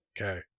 Okay